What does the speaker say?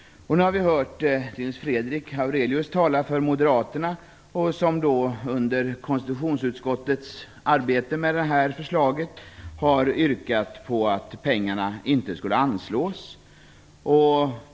Nu har vi hört Nils Fredrik Aurelius tala för Moderaterna, som under konstitutionsutskottets arbete med detta förslag har yrkat på att pengarna inte skulle anslås.